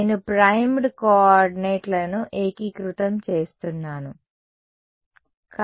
నేను primed coordinate లను ఏకీకృతం చేస్తున్నాను సరే